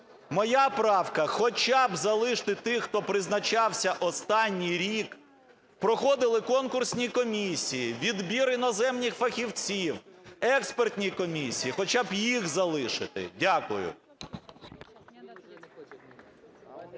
Моя правка: хоча б залишити тих, хто призначався останній рік, проходили конкурсні комісії, відбір іноземних фахівців, експертні комісії, хоча б їх залишити. Дякую.